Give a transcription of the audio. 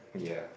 ya